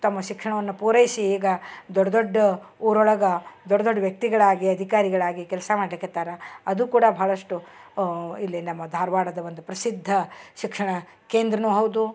ತಮ್ಮ ಶಿಕ್ಷಣವನ್ನ ಪೂರೈಸಿ ಈಗ ದೊಡ್ಡ ದೊಡ್ಡ ಊರೊಳಗ ದೊಡ್ಡ ದೊಡ್ಡ ವ್ಯಕ್ತಿಗಳಾಗಿ ಅಧಿಕಾರಿಗಳಾಗಿ ಕೆಲಸ ಮಾಡ್ಲಿಕ್ಕತ್ತಾರ ಅದು ಕೂಡ ಬಹಳಷ್ಟು ಇಲ್ಲಿ ನಮ್ಮ ಧಾರವಾಡದ ಒಂದು ಪ್ರಸಿದ್ಧ ಶಿಕ್ಷಣ ಕೇಂದ್ರನು ಹೌದು